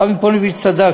הרב מפוניבז' צדק,